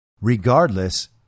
Regardless